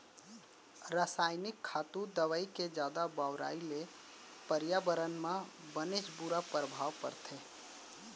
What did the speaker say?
रसायनिक खातू, दवई के जादा बउराई ले परयाबरन म बनेच बुरा परभाव परथे